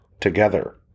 together